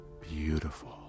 beautiful